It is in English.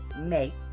make